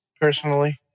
personally